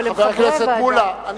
אבל הם חברי הוועדה.